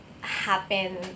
happen